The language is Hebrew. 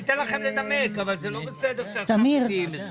אני אתן לכם לנמק אבל זה לא בסדר שעכשיו מביאים את זה.